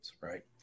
right